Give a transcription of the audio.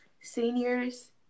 seniors